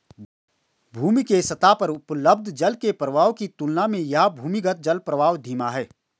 भूमि के सतह पर उपलब्ध जल के प्रवाह की तुलना में यह भूमिगत जलप्रवाह धीमा है